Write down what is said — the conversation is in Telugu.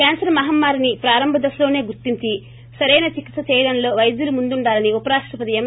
క్వాన్సర్ మహమ్మారిని ప్రారంభదశలోనే గుర్తించి సరైన చికిత్స చేయడంలో వైద్యులు ముందుండాలని ఉపరాష్ణపతి ఎం